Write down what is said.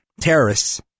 terrorists